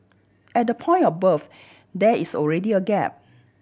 at the point of birth there is already a gap